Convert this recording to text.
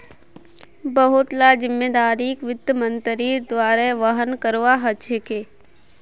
बहुत ला जिम्मेदारिक वित्त मन्त्रीर द्वारा वहन करवा ह छेके